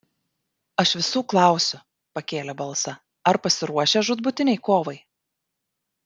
aš visų klausiu pakėlė balsą ar pasiruošę žūtbūtinei kovai